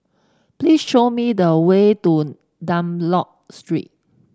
please show me the way to Dunlop Street